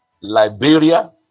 Liberia